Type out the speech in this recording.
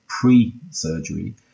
pre-surgery